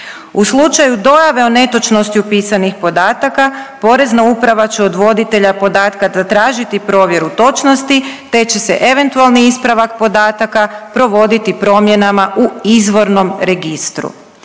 U slučaju dojave o netočnosti upisanih podataka porezna uprava će od voditelja podatka zatražiti provjeru točnosti, te će se eventualni ispravak podataka provoditi promjenama u izvornom registru.